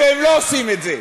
והם לא עושים את זה.